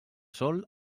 sol